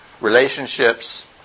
relationships